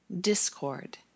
discord